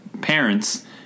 parents